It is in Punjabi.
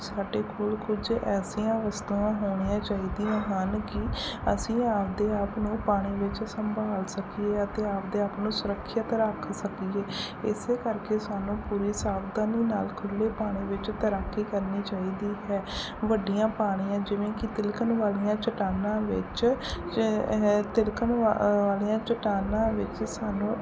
ਸਾਡੇ ਕੋਲ ਕੁਝ ਐਸੀਆਂ ਵਸਤੂਆਂ ਹੋਣੀਆਂ ਚਾਹੀਦੀਆਂ ਹਨ ਕਿ ਅਸੀਂ ਆਪਦੇ ਆਪ ਨੂੰ ਪਾਣੀ ਵਿੱਚ ਸੰਭਾਲ ਸਕੀਏ ਅਤੇ ਆਪਦੇ ਆਪ ਨੂੰ ਸੁਰੱਖਿਅਤ ਰੱਖ ਸਕੀਏ ਇਸ ਕਰਕੇ ਸਾਨੂੰ ਪੂਰੀ ਸਾਵਧਾਨੀ ਨਾਲ ਖੁੱਲ੍ਹੇ ਪਾਣੀ ਵਿੱਚ ਤੈਰਾਕੀ ਕਰਨੀ ਚਾਹੀਦੀ ਹੈ ਵੱਡੇ ਪਾਣੀਆਂ ਜਿਵੇਂ ਕਿ ਤਿਲਕਣ ਵਾਲੀਆਂ ਚਟਾਨਾਂ ਵਿੱਚ ਤਿਲਕਣ ਵਾ ਵਾਲੀਆਂ ਚਟਾਨਾਂ ਵਿੱਚ ਸਾਨੂੰ